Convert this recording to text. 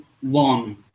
one